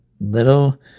little